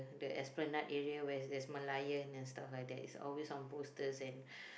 the esplanade area where there's Merlion and stuff like that it's always on posters and